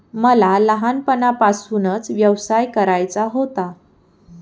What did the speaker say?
मला लहानपणापासूनच व्यवसाय करायचा होता